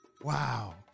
Wow